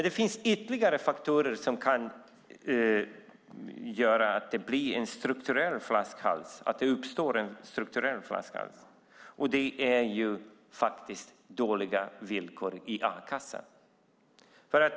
Det finns ytterligare faktorer som kan göra att det uppstår en strukturell flaskhals. En av dem är dåliga villkor i a-kassan.